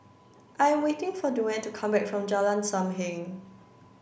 I'm waiting for Duane to come back from Jalan Sam Heng